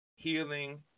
Healing